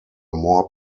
more